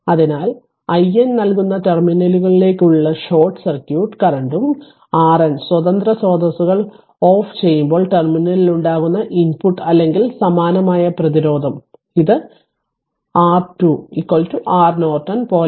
അതിനാൽ i N നൽകുന്ന ടെർമിനലുകളിലേക്കുള്ള ഷോർട്ട് സർക്യൂട്ട് കറന്റും R n സ്വതന്ത്ര സ്രോതസ്സുകൾ ഓഫ് ചെയ്യുമ്പോൾ ടെർമിനലിൽ ഉണ്ടാകുന്ന ഇൻപുട് അല്ലെങ്കിൽ സമാനമായ പ്രധിരോധം ഇത് r r2 R Norton പോലെയാണ്